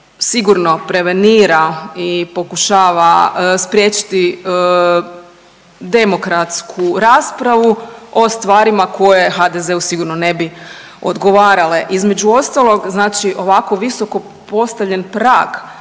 sigurno prevenira i pokušava spriječiti demokratsku raspravu o stvarima koje HDZ-u sigurno ne bi odgovarale. Između ostalog, ovako visoko postavljen prag